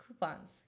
coupons